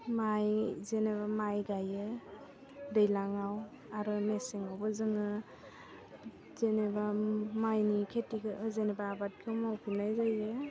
माय जेनेबा माय गायो दैलाङाव आरो मेसेङावबो जोङो जेनेबा मायनि खिथिखो जेनेबा आबादखौ मावफिन्नाय जायो